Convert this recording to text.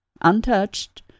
untouched